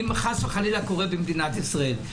אם חס וחלילה קורה אסון במדינת ישראל.